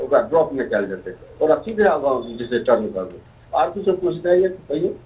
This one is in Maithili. ओकरा ड्राप नहि कयल जेतै ओकरा सीधे आगाँ टर्न करबै आर किछु पूछनाइ यऽ तऽ कहिऔ